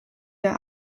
der